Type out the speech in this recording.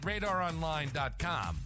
RadarOnline.com